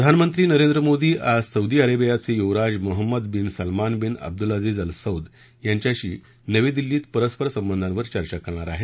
प्रधानमंत्री नरेंद्र मोदी आज सौदी अरेबियाचे युवराज Mohammed bin Salman bin Abdulaziz Al Saud यांच्याशी नवी दिल्लीत परस्पर संबंधांवर चर्चा करणार आहेत